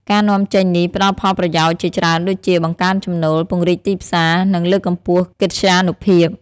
ការនាំចេញនេះផ្ដល់ផលប្រយោជន៍ជាច្រើនដូចជា បង្កើនចំណូល ពង្រីកទីផ្សារ និងលើកកម្ពស់កិត្យានុភាព។